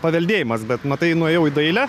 paveldėjimas bet matai nuėjau į dailę